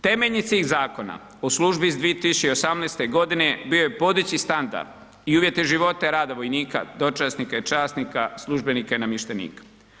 Temeljnice iz Zakona o službi iz 2018.g. bio je podići standard i uvjete života i rada vojnika, dočasnika i časnika, službenika i namještenika.